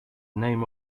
name